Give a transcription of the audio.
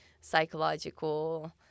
psychological